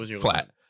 flat